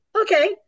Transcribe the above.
Okay